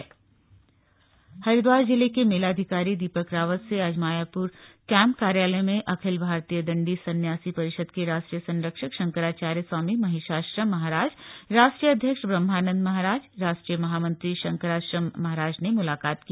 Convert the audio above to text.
कुंभ मेला हरिद्वार जिले के मेलाधिकारी दीपक रावत से आज मायापुर कैंप कार्यालय में अखिल भारतीय दंडी सन्यासी परिषद के राष्ट्रीय संरक्षक शंकराचार्य स्वामी महेशाश्रम महाराज राष्ट्रीय अध्यक्ष ब्रहमानंद महाराज राष्ट्रीय महामंत्री शंकराश्रम महाराज ने मुलाकात की